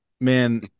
man